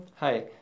Hi